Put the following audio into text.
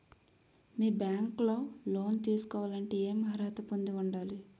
మీ bank లో loan తీసుకోవాలంటే ఎం అర్హత పొంది ఉండాలి?